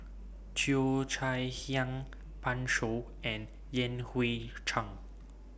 Cheo Chai Hiang Pan Shou and Yan Hui Chang